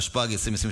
התשפ"ג 2023,